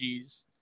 gs